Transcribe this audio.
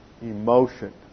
emotion